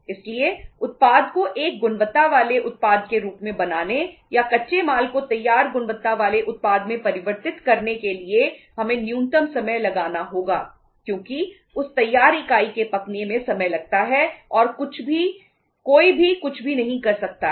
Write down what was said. इसलिए उत्पाद को एक गुणवत्ता वाले उत्पाद के रूप में बनाने या कच्चे माल को तैयार गुणवत्ता वाले उत्पाद में परिवर्तित करने के लिए हमें न्यूनतम समय लगाना होगा क्योंकि उस तैयार इकाई के पकने में समय लगता है और कोई भी कुछ नहीं कर सकता है